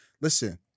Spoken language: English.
Listen